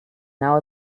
now